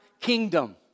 kingdom